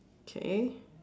K